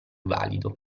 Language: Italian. valido